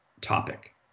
topic